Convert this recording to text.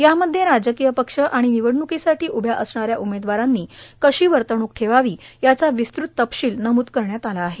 यामध्ये राजकीय पक्ष आणि निवडण्कीसाठी उभ्या असणाऱ्या उमेदवारांनी कशी वर्तण्क ठेवावी याचा विस्तृत तपशील नमृद करण्यात आला आहे